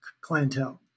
clientele